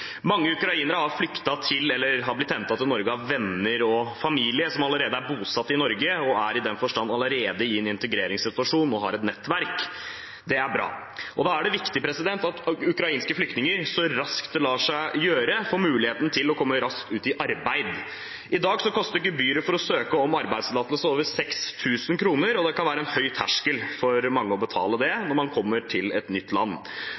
Mange ukrainere har flyktet til eller har blitt hentet til Norge av venner og familie som allerede er bosatt i Norge, og er i den forstand allerede i en integreringssituasjon og har et nettverk. Det er bra. Da er det viktig at ukrainske flyktninger så raskt det lar seg gjøre, får muligheten til å komme ut i arbeid. I dag koster gebyret for å søke om arbeidstillatelse over 6 000 kr, og det kan være en høy terskel for mange å betale det når man kommer til et nytt land.